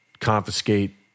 confiscate